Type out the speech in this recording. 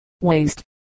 waste